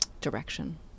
direction